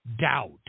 doubt